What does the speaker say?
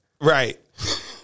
Right